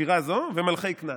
שירה זו ומלכי כנען.